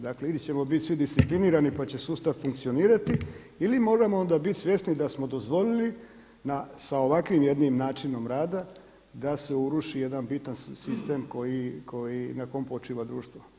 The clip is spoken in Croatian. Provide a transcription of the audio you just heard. Dakle ili ćemo biti svi disciplinirani, pa će sustav funkcionirati, ili moramo onda biti svjesni da smo dozvoliti sa ovakvim jednim načinom rada da se uruši jedan bitan sistem na kojem počiva društvo.